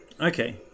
Okay